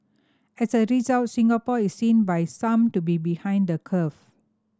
as a result Singapore is seen by some to be behind the curve